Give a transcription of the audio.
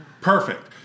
Perfect